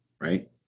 right